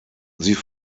sie